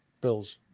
Bills